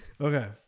Okay